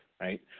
right